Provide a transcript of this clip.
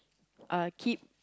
uh keep